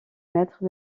mètres